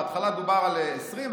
בהתחלה דובר על 20,000,